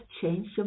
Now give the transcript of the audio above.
change